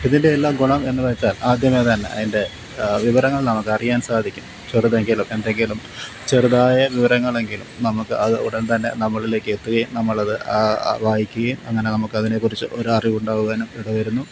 ഇതിന്റെയെല്ലാം ഗുണം എന്ന് വെച്ചാല് ആദ്യമേതന്നെ അതിന്റെ വിവരങ്ങള് നമുക്ക് അറിയാന് സാധിക്കും ചെറുതെങ്കിലും എന്തെങ്കിലും ചെറുതായ വിവരങ്ങളെങ്കിലും നമുക്ക് അത് ഉടന്തന്നെ നമ്മളിലേക്ക് എത്തുകയും നമ്മളത് വായിക്കുകയും അങ്ങനെ നമുക്ക് അതിനേക്കുറിച്ച് ഓരോ അറിവുണ്ടാകുവാനും ഇട വരുന്നു